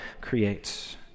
creates